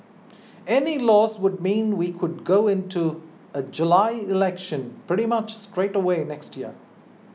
any loss would mean we could go into a July election pretty much straight away next year